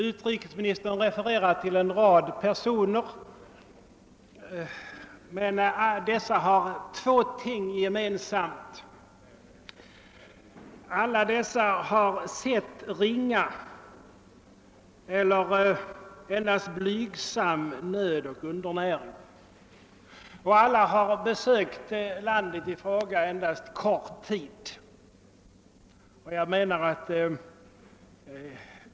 Utrikesministern refererar till en rad personer, men dessa har två ting gemensamt; alla har sett ringa eller endast blygsam nöd och undernäring, och alla har besökt landet i fråga bara kort tid.